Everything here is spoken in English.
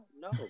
No